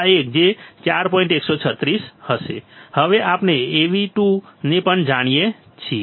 તેથી હવે આપણે Av2 ને પણ જાણીએ છીએ